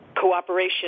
cooperation